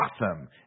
awesome